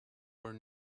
were